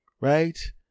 Right